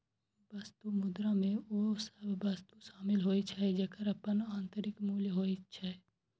वस्तु मुद्रा मे ओ सभ वस्तु शामिल होइ छै, जेकर अपन आंतरिक मूल्य होइ छै